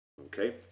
Okay